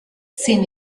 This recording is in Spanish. sin